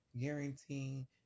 guaranteeing